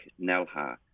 Nelha